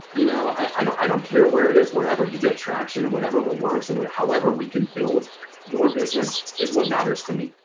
you know i don't i don't care where it is. wherever you get traction, whatever what works, and however we can build your business is what matters to me.